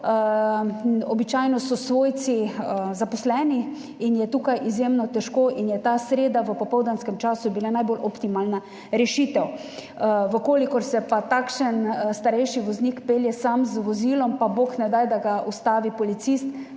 Običajno so svojci zaposleni in je tukaj izjemno težko in je bila ta sreda v popoldanskem času najbolj optimalna rešitev. Če se pa takšen starejši voznik pelje sam z vozilom, pa bog ne daj, da ga ustavi policist,